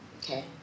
okay